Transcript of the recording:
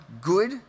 good